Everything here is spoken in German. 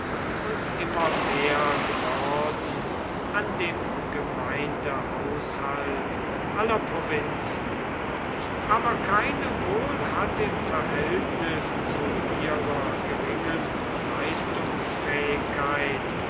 und immer mehr geworden an dem gemeindehaushalt aller provinzen aber keine wohl hat im verhältnis zu ihrer geringen leistungsfähigkeit